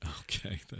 Okay